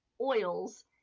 oils